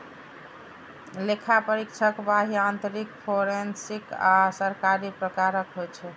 लेखा परीक्षक बाह्य, आंतरिक, फोरेंसिक आ सरकारी प्रकारक होइ छै